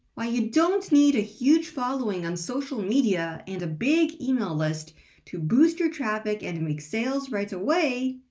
why you don't need a huge following on social media and a big email list to boost your traffic and make sales right away,